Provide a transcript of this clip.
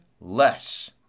less